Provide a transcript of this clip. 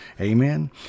Amen